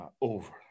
over